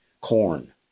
Corn